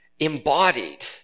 embodied